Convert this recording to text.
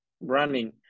running